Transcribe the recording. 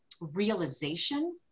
realization